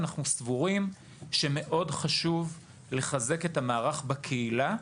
אנחנו סבורים שמאוד חשוב לחזק את המערך בקהילה,